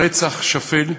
רצח שפל,